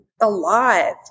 alive